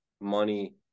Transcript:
money